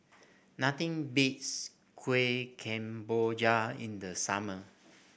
nothing beats Kueh Kemboja in the summer